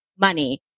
money